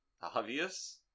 obvious